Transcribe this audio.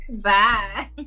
Bye